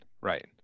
right